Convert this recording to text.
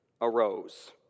arose